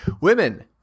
Women